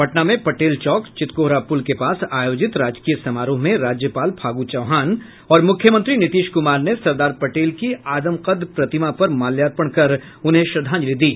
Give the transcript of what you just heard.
पटना में पटेल चौक चितकोहरा पूल के पास आयोजित राजकीय समारोह में राज्यपाल फागू चौहान और मुख्यमंत्री नीतीश कुमार ने सरदार पटेल की आदमकद प्रतिमा पर माल्यार्पण कर उन्हें श्रद्धांजलि दी